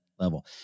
Level